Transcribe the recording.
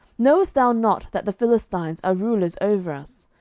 knowest thou not that the philistines are rulers over us?